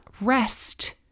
rest